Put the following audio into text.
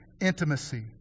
Intimacy